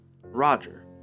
Roger